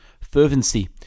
Fervency